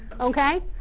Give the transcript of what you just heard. okay